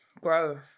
grow